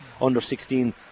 Under-16